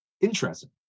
Interesting